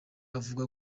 avuga